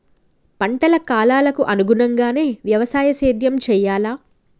పంటల కాలాలకు అనుగుణంగానే వ్యవసాయ సేద్యం చెయ్యాలా?